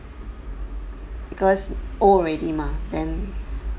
because old already mah then